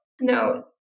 no